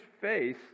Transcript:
face